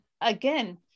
again